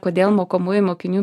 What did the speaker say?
kodėl mokomųjų mokinių